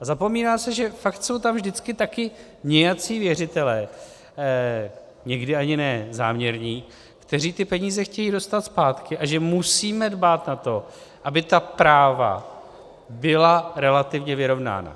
A zapomíná se, že fakt jsou tam vždycky taky nějací věřitelé, někdy ani ne záměrní, kteří ty peníze chtějí dostat zpátky, a že musíme dbát na to, aby ta práva byla relativně vyrovnána.